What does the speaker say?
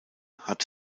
hat